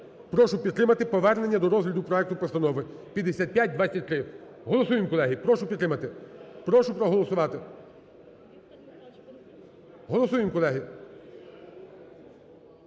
прошу підтримати повернення до розгляду проекту постанову 5523. Голосуємо, колеги. Прошу підтримати. Прошу проголосувати. Голосуємо, колеги.